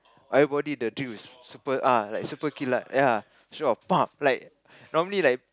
everybody the drill is super ah like super ya still got pam like normally like